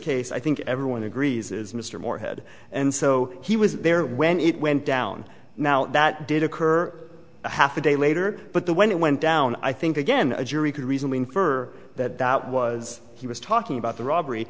case i think everyone agrees is mr morehead and so he was there when it went down now that did occur a half a day later but the when it went down i think again a jury could reason we infer that that was he was talking about the robbery